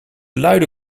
luide